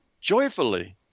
joyfully